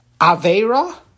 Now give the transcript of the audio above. Avera